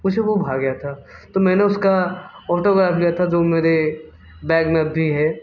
उसे वो भा गया था तो मैंने उसका ऑटोग्राफ़ लिया था जो मेरे बैग में अब भी है